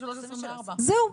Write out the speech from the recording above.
2023 2024. זהו.